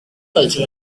culture